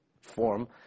form